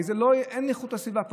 הרי אין איכות סביבה פה.